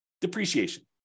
depreciation